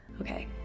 Okay